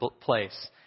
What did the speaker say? place